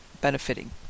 benefiting